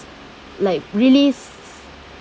like really